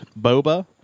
boba